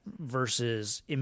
versus